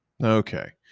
Okay